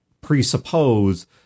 presuppose